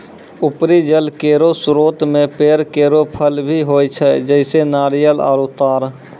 उपरी जल केरो स्रोत म पेड़ केरो फल भी होय छै, जैसें नारियल आरु तार